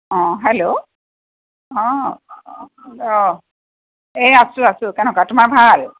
অঁ হেল্ল' অঁ অঁ এই আছোঁ আছোঁ কেনেকুৱা তোমাৰ ভাল